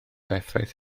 effaith